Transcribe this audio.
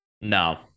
No